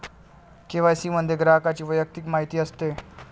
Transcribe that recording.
KYC मध्ये ग्राहकाची वैयक्तिक माहिती असते